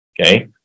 Okay